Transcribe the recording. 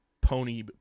pony